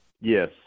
Yes